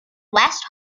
west